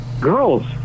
girls